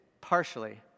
partially